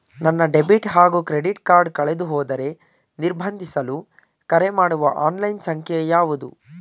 ನನ್ನ ಡೆಬಿಟ್ ಹಾಗೂ credit card ಕಳೆದುಹೋದರೆ ನಿರ್ಬಂಧಿಸಲು ಕರೆಮಾಡುವ ಆನ್ಲೈನ್ ಸಂಖ್ಯೆಯಾವುದು?